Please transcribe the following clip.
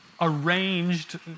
arranged